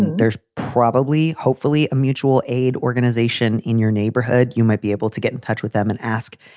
there's probably, hopefully a mutual aid organization in your neighborhood. you might be able to get in touch with them and ask,